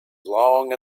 long